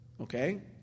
Okay